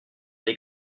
les